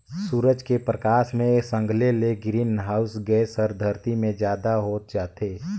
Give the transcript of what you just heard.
सूरज के परकास मे संघले ले ग्रीन हाऊस गेस हर धरती मे जादा होत जाथे